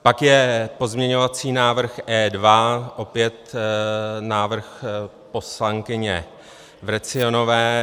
Pak je pozměňovací návrh E2, opět návrh poslankyně Vrecionové.